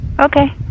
Okay